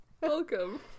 welcome